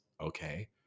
okay